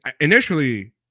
initially